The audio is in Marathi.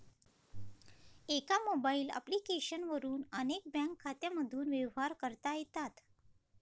एका मोबाईल ॲप्लिकेशन वरून अनेक बँक खात्यांमधून व्यवहार करता येतात